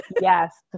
Yes